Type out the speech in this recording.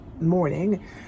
morning